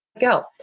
go